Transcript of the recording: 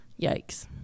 yikes